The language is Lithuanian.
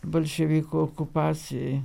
bolševikų okupacijai